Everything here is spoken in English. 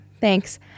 Thanks